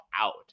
out